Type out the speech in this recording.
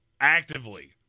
Actively